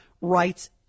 rights